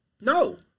No